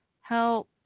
Help